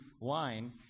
line